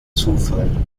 zufall